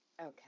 Okay